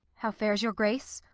how fares your grace?